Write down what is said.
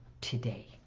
today